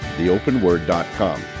theopenword.com